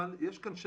בהמשך יש שקף,